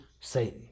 Satan